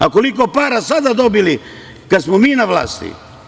Koliko su para sada dobili od kada smo mi na vlasti?